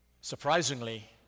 Surprisingly